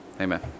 Amen